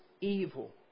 evil